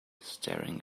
staring